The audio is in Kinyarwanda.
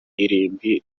irimbi